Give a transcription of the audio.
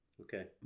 Okay